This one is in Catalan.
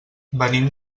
venim